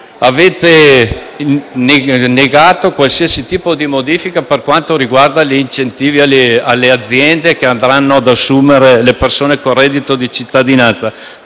Avete negato qualsiasi tipo di modifica per gli incentivi alle aziende che andranno ad assumere le persone con reddito di cittadinanza,